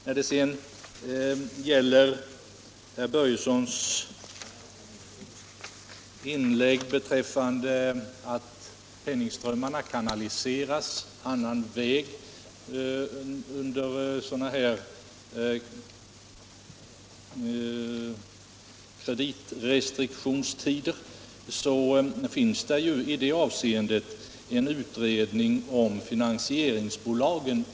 Vad beträffar det som herr Börjesson sade om att penningströmmarna kanaliseras på andra vägar än de vanliga under kreditrestriktionstider, så pågår en utredning om finansieringsbolagen.